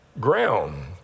ground